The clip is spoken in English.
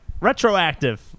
Retroactive